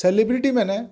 celebrity ମାନେ